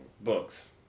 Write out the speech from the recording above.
Books